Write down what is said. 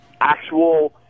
actual